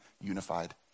unified